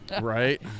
right